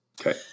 Okay